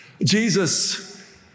Jesus